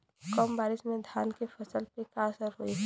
कम बारिश में धान के फसल पे का असर होई?